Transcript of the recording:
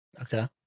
Okay